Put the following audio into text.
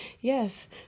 yes